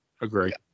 Agree